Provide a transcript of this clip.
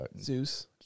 Zeus